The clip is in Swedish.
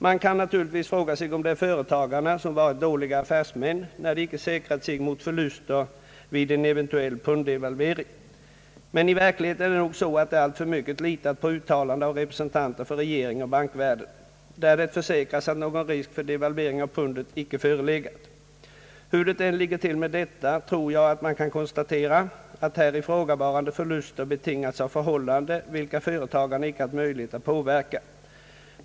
Man kan naturligtvis fråga sig om det är företagarna som varit dåliga affärsmän, när de icke säkrat sig emot förluster vid en eventuell punddevalvering. Men i verkligheten är det nog så att de alltför mycket litat på uttalanden av representanter för regeringen och bankvärlden, där det försäkrats att någon risk för devalvering av pundet icke förelegat. Hur det än ligger till med detta, tror jag man kan konstatera att dessa förluster betingats av förhållanden vilka företagarna inte haft möjlighet att påverka.